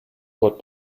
what